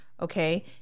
Okay